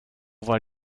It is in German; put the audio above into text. war